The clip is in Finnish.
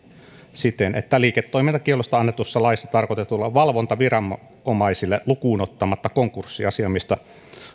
siten että liiketoimintakiellosta annetussa laissa tarkoitetuille valvontaviranomaisille lukuun ottamatta konkurssiasiamiestä